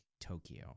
Tokyo